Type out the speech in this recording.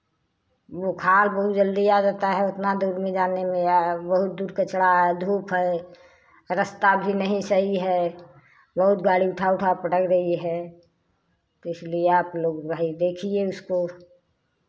बुखार बहुत जल्दी आ जाता है उतना दूर में जाने में या बहुत दूर कचड़ा धूप है रास्ता भी नहीं सही है बहुत गाड़ी उठा उठा पटक रही है तो इसलिए आप लोग भाई देखिए उसको